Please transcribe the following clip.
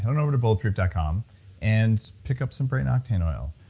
and over to bulletproof dot com and pick up some brain octane oil,